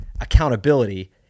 accountability